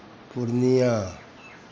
Purnia